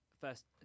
first